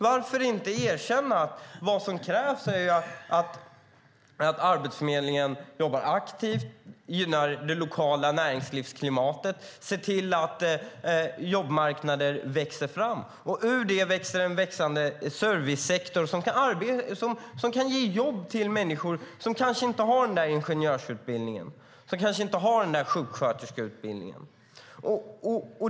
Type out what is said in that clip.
Varför inte erkänna att det som krävs är att Arbetsförmedlingen jobbar aktivt, gynnar det lokala näringslivsklimatet och ser till att jobbmarknader växer fram? Ur det växer det fram en servicesektor som kan ge jobb till människor som kanske inte har den där ingenjörsutbildningen eller sjuksköterskeutbildningen.